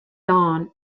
dawn